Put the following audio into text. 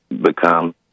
become